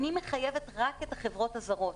אני מחייבת רק את החברות הזרות.